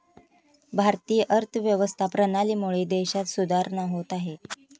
भारतीय अर्थव्यवस्था प्रणालीमुळे देशात सुधारणा होत आहे